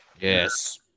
Yes